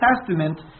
Testament